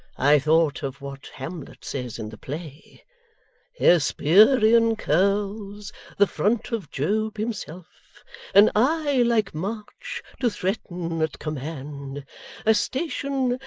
i thought of what hamlet says in the play hesperian curls the front of job himself an eye, like march, to threaten at command a station,